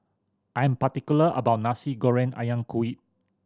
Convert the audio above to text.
I am particular about my Nasi Goreng Ayam Kunyit